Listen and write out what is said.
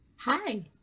Hi